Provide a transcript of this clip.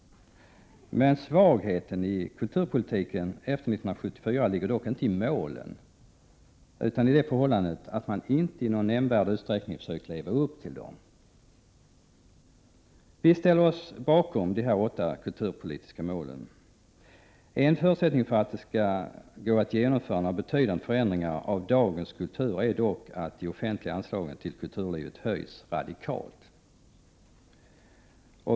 Men svagheten i kulturpolitiken efter 1974 ligger dock inte i målen utan i det förhållandet att man inte i någon nämnvärd utsträckning, försökt leva upp till dem. Vi ställer oss bakom de åtta kulturpolitiska målen. En förutsättning för att det skall gå att genomföra några betydande förändringar av dagens kultur är dock att de offentliga anslagen till kulturlivet höjs radikalt.